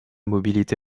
mobilité